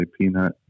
Peanut